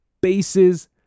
bases